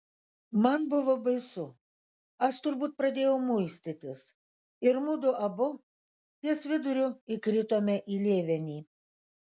man buvo baisu aš turbūt pradėjau muistytis ir mudu abu ties viduriu įkritome į lėvenį